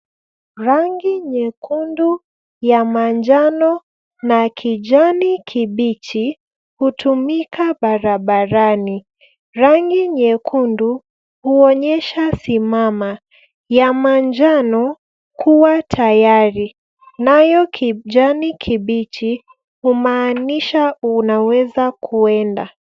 Rangi nyekundu, ya manjano na kijani kibichi hutumika barabarani. Rangi nyekundu huonyesha simama, ya manjano kuwa tayari nayo kijani kibichi humaanisha unaweza kuenda.